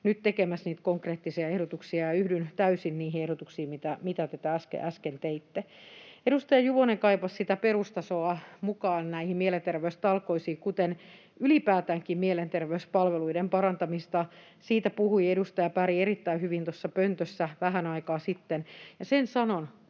tekemässä niitä konkreettisia ehdotuksia, ja yhdyn täysin niihin ehdotuksiin, mitä äsken teitte. Edustaja Juvonen kaipasi perustasoa mukaan näihin mielenterveystalkoisiin, kuten ylipäätäänkin mielenterveyspalveluiden parantamista. Siitä puhui edustaja Berg erittäin hyvin tuossa pöntössä vähän aikaa sitten. Sen sanon